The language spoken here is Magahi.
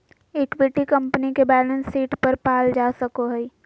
इक्विटी कंपनी के बैलेंस शीट पर पाल जा सको हइ